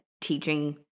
teaching